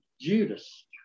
Judas